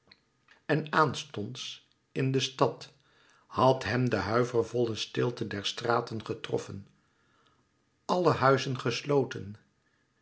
en aanstonds in de stad had hem de huivervolle stilte der straten getroffen alle huizen gesloten